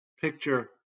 picture